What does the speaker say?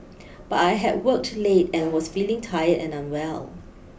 but I had worked late and was feeling tired and unwell